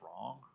wrong